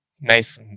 Nice